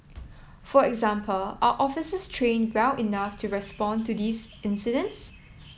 for example are officers trained well enough to respond to these incidents